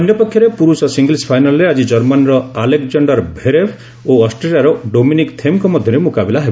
ଅନ୍ୟପକ୍ଷରେ ପୁରୁଷ ସିଙ୍ଗିଲ୍ୱ ଫାଇନାଲରେ ଆଜି ଜର୍ମାନୀର ଆଲେକକାଶ୍ଡାର ଭେରେଭ୍ ଓ ଅଷ୍ଟ୍ରିଆର ଡୋମିନିକ୍ ଥେମ୍ଙ୍କ ମଧ୍ୟରେ ମୁକାବିଲା ହେବ